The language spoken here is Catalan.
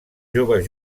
joves